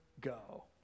go